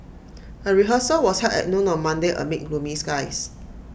A rehearsal was held at noon on Monday amid gloomy skies